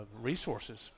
resources